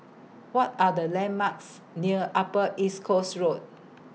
What Are The landmarks near Upper East Coast Road